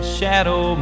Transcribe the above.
shadow